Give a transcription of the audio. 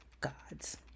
gods